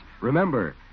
remember